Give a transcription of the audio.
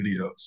videos